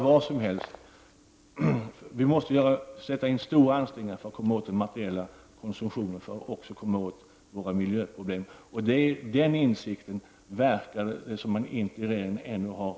Vi måste sätta in stora ansträngningar för att komma åt den materiella konsumtionen och för att lösa våra miljöproblem. Den insikten verkar det som om man ännu inte har i regeringen.